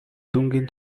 дүнгийн